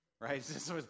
right